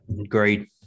Agreed